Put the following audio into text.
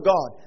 God